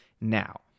now